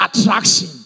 attraction